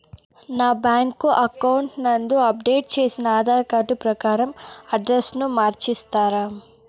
నా bank account నందు update చేసిన ఆధార్ కార్డు ప్రకారం అడ్రస్ ను మార్చిస్తారా?